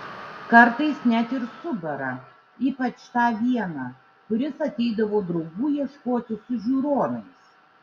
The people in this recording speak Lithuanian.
kartais net ir subara ypač tą vieną kuris ateidavo draugų ieškoti su žiūronais